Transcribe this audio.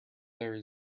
there